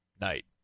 night